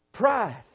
Pride